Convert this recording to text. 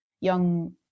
young